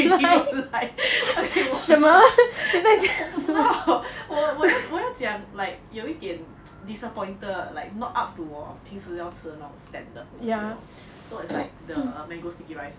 pretty don't like okay 我 我不知到 我我我要讲 like 有一点 disappointed like not up to 我平时要吃的那种 standard you know so it's like the mango sticky rice or